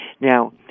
Now